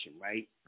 right